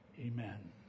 amen